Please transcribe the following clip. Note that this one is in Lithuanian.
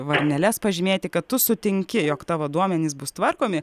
varneles pažymėti kad tu sutinki jog tavo duomenys bus tvarkomi